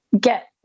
get